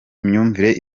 imyumvire